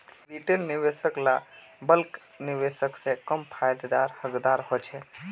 retail निवेशक ला bulk निवेशक से कम फायेदार हकदार होछे